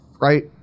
right